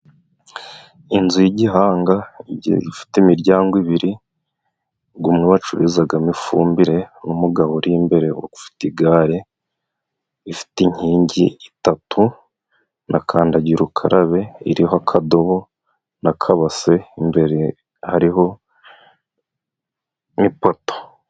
Inzu y'igihanga igiye ifite imiryango ibiri gumwe bacururizagamo ifumbire n' umugabo uri imbere ufite igare. Ifite inkingi itatu na kandagira ukarabe iriho akadobo n'akabase imbere hariho n'ipoto.